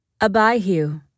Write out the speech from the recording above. Abihu